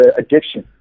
addiction